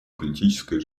политической